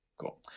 Cool